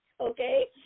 okay